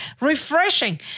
refreshing